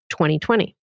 2020